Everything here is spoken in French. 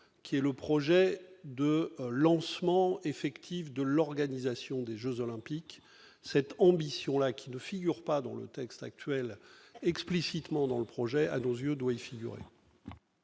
qui est le projet de lancement effectif de l'organisation des Jeux olympiques, cette ambition-là, qui ne figure pas dans le texte actuel explicitement dans le projet, à nos yeux doit y figurer.